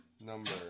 number